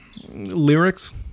lyrics